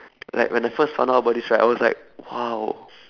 like when I first found out about this right I was like !wow!